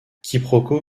quiproquo